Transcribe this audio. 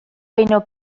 baino